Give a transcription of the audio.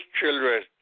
children